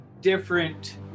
different